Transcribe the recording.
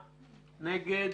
מי נגד?